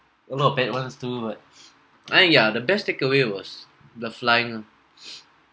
a lot of bad ones too but and yeah the best takeaway was the flying lah